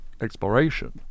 exploration